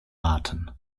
arten